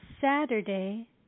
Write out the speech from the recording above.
Saturday